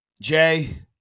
Jay